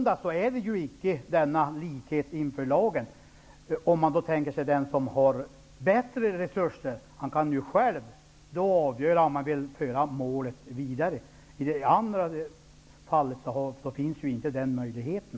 Det är icke likhet inför lagen. Den som har bättre resurser kan själv avgöra om han vill föra målet vidare. I det andra fallet finns inte den möjligheten.